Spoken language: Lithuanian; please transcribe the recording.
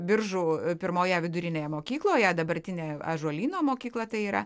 biržų pirmoje vidurinėje mokykloje dabartinė ąžuolyno mokykla tai yra